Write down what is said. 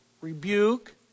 rebuke